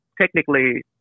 technically